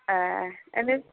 एह आरो